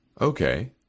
Okay